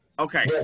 okay